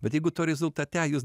bet jeigu to rezultate jūs